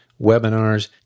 Webinars